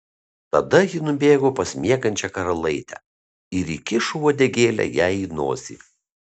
tada ji nubėgo pas miegančią karalaitę ir įkišo uodegėlę jai į nosį